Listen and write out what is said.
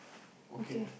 okay